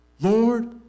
Lord